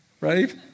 right